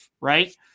right